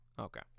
Okay